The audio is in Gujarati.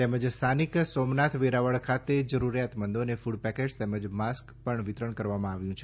તેમજ સ્થાનિક સોમનાથ વેરાવળ ખાતે જરૂરિયાત મંદોને ફડ પેકેટ તેમજ માસ્ક પણ વિતરણ કરવામાં આવ્યું છે